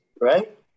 right